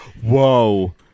whoa